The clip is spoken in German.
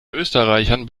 österreichern